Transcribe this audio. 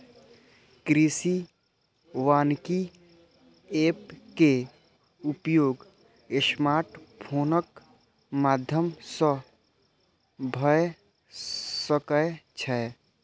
कृषि वानिकी एप के उपयोग स्मार्टफोनक माध्यम सं भए सकै छै